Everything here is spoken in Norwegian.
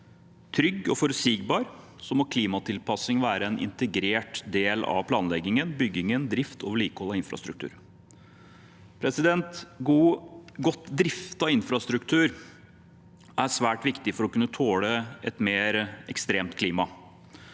trygg og forutsigbar, må klimatilpasning være en integrert del av planlegging, bygging, drift og vedlikehold av infrastruktur. Godt driftet infrastruktur er svært viktig for å kunne tåle et mer ekstremt klima.